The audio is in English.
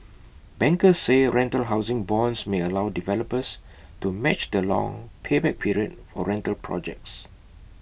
bankers say rental housing bonds may allow developers to match the long payback period for rental projects